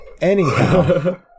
anyhow